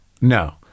No